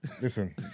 Listen